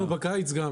בקיץ.